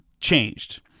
changed